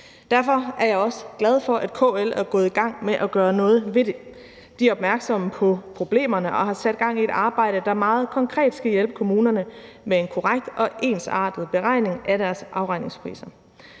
Derfor er jeg også glad for, at KL er gået i gang med at gøre noget ved det. De er opmærksomme på problemerne og har sat gang i et arbejde, der meget konkret skal hjælpe kommunerne med en korrekt og ensartet beregning af deres afregningspriser.